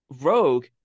Rogue